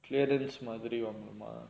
அந்த:antha exemption lah